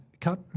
cut